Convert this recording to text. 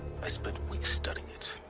i spent weeks studying it.